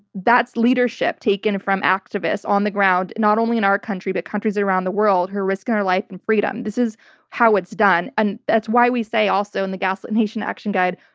that's leadership taken from activists on the ground, not only in our country but countries around, the world who are risking their life in freedom. this is how it's done. and that's why we say also in the gaslit nation action guide,